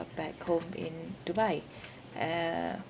back home in dubai uh